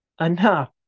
enough